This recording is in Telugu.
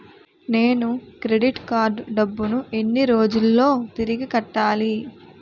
నేను క్రెడిట్ కార్డ్ డబ్బును ఎన్ని రోజుల్లో తిరిగి కట్టాలి?